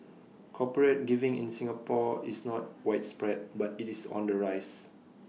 corporate giving in Singapore is not widespread but IT is on the rise